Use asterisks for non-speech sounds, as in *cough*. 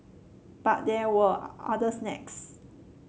but there were *unintelligible* other snags